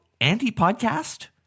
anti-podcast